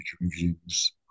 reviews